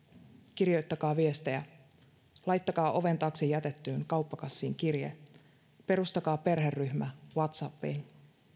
kirjoittakaa viestejä laittakaa oven taakse jätettyyn kauppakassiin kirje perustakaa perheryhmä whatsappiin